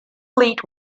fleet